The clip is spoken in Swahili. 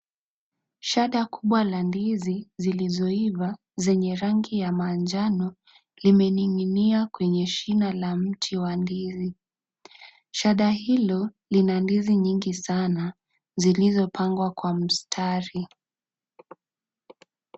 Shada kubwa la ndizi zilizoiva zenye rangi ya manjano limening'inia kwenye shina la mti wa ndizi, shada hilo lina ndizi nyingi sana zilizopangwa kwa mstari.